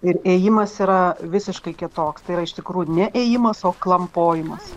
ir ėjimas yra visiškai kitoks tai yra iš tikrųjų ne ėjimas o klampojimas